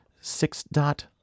six-dot